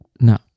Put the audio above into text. No